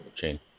Jane